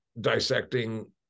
dissecting